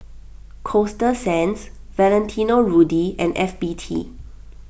Coasta Sands Valentino Rudy and F B T